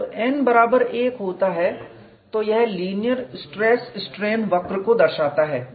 जब n बराबर 1 होता है तो यह लीनियर स्ट्रेस स्ट्रेन वक्र को दर्शाता है